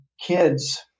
kids